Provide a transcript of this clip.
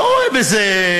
לא רואה בזה,